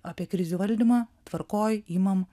apie krizių valdymą tvarkoj imam